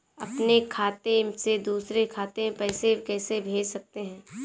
अपने खाते से दूसरे खाते में पैसे कैसे भेज सकते हैं?